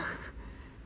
ya